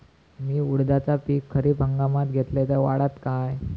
मी उडीदाचा पीक खरीप हंगामात घेतलय तर वाढात काय?